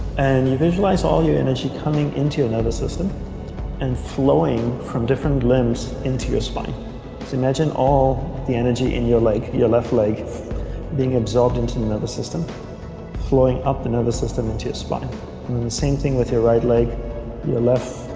and you visualize all your energy coming into another system and flowing from different limbs into your spine imagine all the energy in your leg your left leg being absorbed into another system flowing up the nervous system into your spine and the same thing with your right leg your left